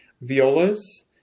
violas